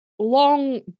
long